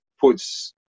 puts